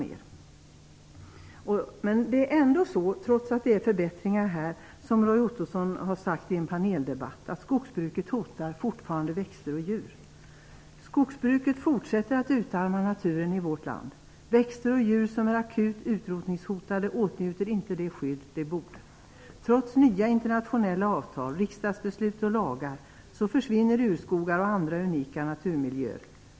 Trots att det förekommer förbättringar hotar skogsbruket fortfarande växter och djur. Som Roy Ottosson har sagt i en paneldebatt: "Skogsbruket fortsätter att utarma naturen i vårt land. Växter och djur som är akut utrotningshotade åtnjuter inte det skydd de borde. Trots nya internationella avtal, riksdagsbeslut och lagar försvinner urskogar och andra unika naturmiljöer.